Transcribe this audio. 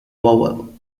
vowel